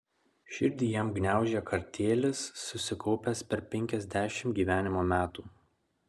širdį jam gniaužė kartėlis susikaupęs per penkiasdešimt gyvenimo metų